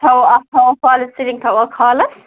تھاوَو اَکھ تھاوَو فالٕز سیٖلِِنٛگ تھاوَو ہالَس